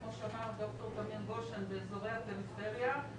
כמו שאמר ד"ר תמיר גשן באזורי הפריפריה,